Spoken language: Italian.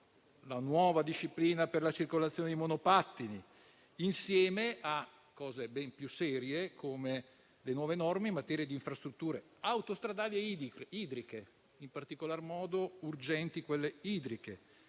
la nuova disciplina per la circolazione di monopattini, insieme a cose ben più serie come le nuove norme in materia di infrastrutture autostradali e idriche, queste ultime in particolar modo urgenti. È in